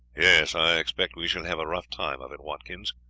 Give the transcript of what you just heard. yes, i expect we shall have a rough time of it, watkins,